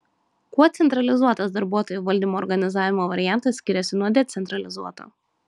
kuo centralizuotas darbuotojų valdymo organizavimo variantas skiriasi nuo decentralizuoto